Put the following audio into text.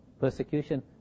Persecution